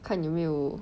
看有没有